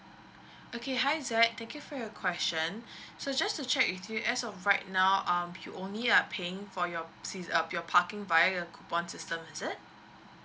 okay hi zack thank you for your question so just to check with you as of right now um you only are paying for your season um your parking via a coupon system is it